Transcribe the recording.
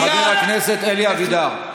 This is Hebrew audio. לא ויתרתם.